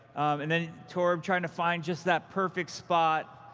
and then torb trying to find just that perfect spot.